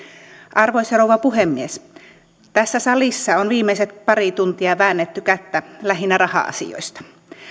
arvoisa rouva puhemies tässä salissa on viimeiset pari tuntia väännetty kättä lähinnä raha asioista